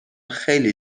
خیلی